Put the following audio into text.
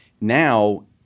now